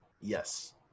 Yes